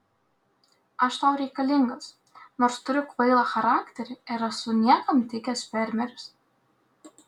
aš tau reikalingas nors turiu kvailą charakterį ir esu niekam tikęs fermeris